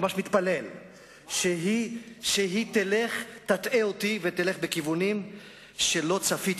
ממש מתפלל שהיא תטעה אותי ותלך בכיוונים שלא צפיתי.